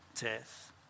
death